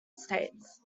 states